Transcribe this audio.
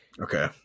Okay